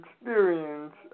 experience